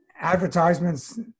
advertisements